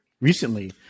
recently